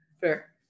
Fair